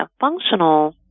functional